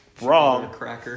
Wrong